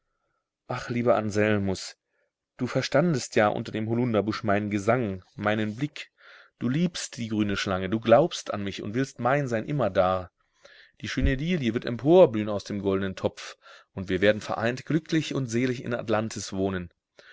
ach lieber anselmus du verstandest ja unter dem holunderbusch meinen gesang meinen blick du liebst die grüne schlange du glaubst an mich und willst mein sein immerdar die schöne lilie wird emporblühen aus dem goldnen topf und wir werden vereint glücklich und selig in atlantis wohnen